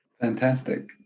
Fantastic